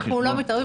אנחנו לא מתערבים.